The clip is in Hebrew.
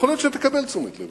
יכול להיות שתקבל תשומת לב,